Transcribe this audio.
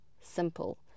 simple